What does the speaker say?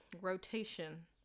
rotation